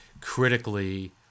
critically